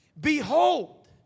Behold